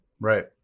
Right